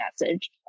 message